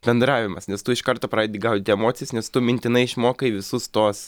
bendravimas nes tu iš karto pradedi gaudyti emocijas nes tu mintinai išmokai visus tuos